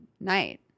night